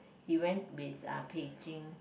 he went with uh Beijing